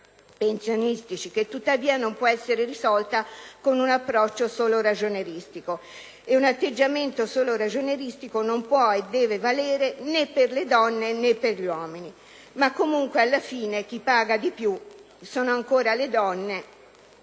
pensionistici, che tuttavia non può essere risolta con un approccio solo ragionieristico: ed un atteggiamento solo ragionieristico non può e non deve valere né per le donne, né per gli uomini. Comunque, alla fine, chi paga di più sono ancora una